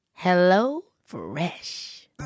HelloFresh